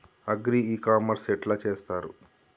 Agri e commerce ఎట్ల చేస్తరు?